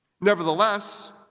Nevertheless